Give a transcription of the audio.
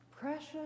precious